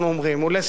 ולסיום,